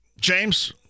James